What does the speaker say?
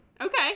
Okay